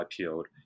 IPO'd